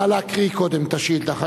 נא להקריא קודם את השאילתא.